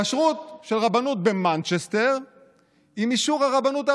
כשרות של רבנות במנצ'סטר עם אישור הרבנות הראשית.